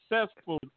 successful